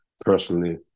personally